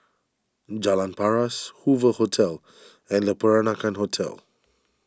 Jalan Paras Hoover Hotel and Le Peranakan Hotel